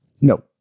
No